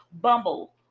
bumble